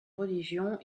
religion